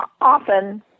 often